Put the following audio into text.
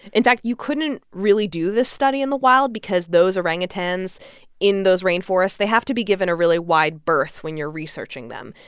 in fact, you couldn't really do this study in the wild because those orangutans in those rainforests they have to be given a really wide berth when you're researching them.